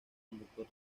conductor